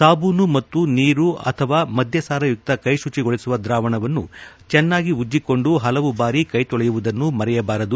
ಸಾಬೂನು ಮತ್ತು ನೀರು ಅಥವಾ ಮದ್ಯಸಾರಯುಕ್ತ ಕೈಶುಚಿಗೊಳಿಸುವ ದ್ರಾವಣವನ್ನು ಚೆನ್ನಾಗಿ ಉಜ್ಜಿಕೊಂಡು ಹಲವು ಬಾರಿ ಕೈ ತೊಳೆಯುವುದನ್ನು ಮರೆಯಬಾರದು